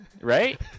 right